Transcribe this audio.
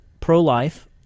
pro-life –